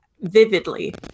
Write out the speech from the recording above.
vividly